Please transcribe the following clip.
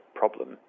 problem